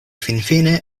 finfine